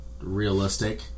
realistic